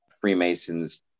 Freemasons